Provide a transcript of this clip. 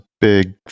big